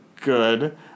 good